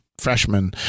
freshman